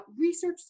research